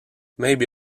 maybe